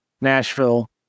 Nashville